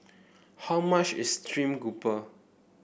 how much is stream grouper